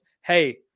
hey